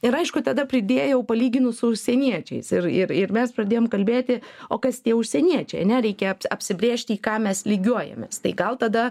ir aišku tada pridėjau palyginus su užsieniečiais ir ir ir mes pradėjom kalbėti o kas tie užsieniečiai ane reikia apsibrėžti į ką mes lygiuojamės tai gal tada